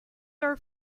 are